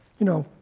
you know,